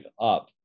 up